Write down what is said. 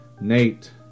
Nate